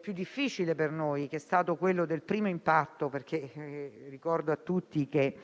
più difficile per noi, quello del primo impatto. Ricordo a tutti che